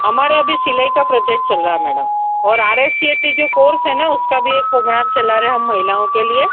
हमारा अभी सिलाई का प्रोजेक्ट चल रहा है मैडम और R S C A T जो कोर्स है न उसका भी एक प्रोग्राम चला रहे हैं हम महिलाओं के लिए